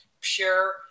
pure